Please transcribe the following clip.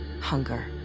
Hunger